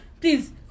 Please